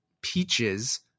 peaches